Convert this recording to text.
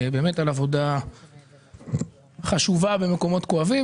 על עבודה חשובה במקומות כואבים.